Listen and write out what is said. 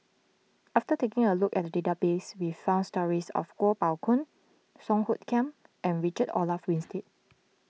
after taking a look at the database we found stories of Kuo Pao Kun Song Hoot Kiam and Richard Olaf Winstedt